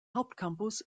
hauptcampus